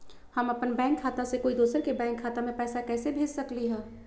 हम अपन बैंक खाता से कोई दोसर के बैंक खाता में पैसा कैसे भेज सकली ह?